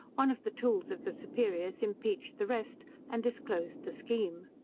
one of the tools of the superiors impeached the rest, and disclosed the scheme.